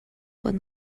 pot